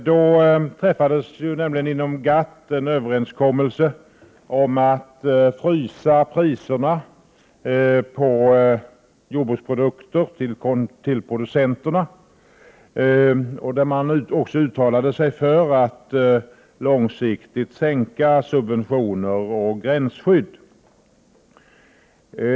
Då träffades ju inom GATT en överenskommelse om en frysning av priserna på jordbruksprodukter när det gäller producenterna. Man uttalade sig också för att långsiktigt minska subventioner och inskränka gränsskydd.